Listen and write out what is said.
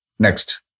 Next